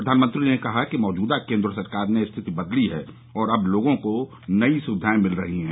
प्रधानमंत्री ने कहा कि मौजूदा केन्द्र सरकार ने स्थिति बदली है और अब लोगों को नई सुविधाए मिल रही हैं